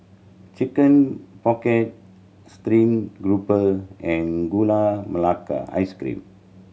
Chicken Pocket steamed garoupa and Gula Melaka Ice Cream